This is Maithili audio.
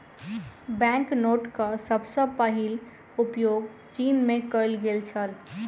बैंक नोटक सभ सॅ पहिल उपयोग चीन में कएल गेल छल